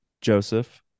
Joseph